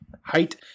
height